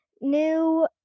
new